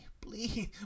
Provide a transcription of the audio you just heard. please